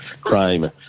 crime